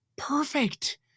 perfect